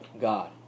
God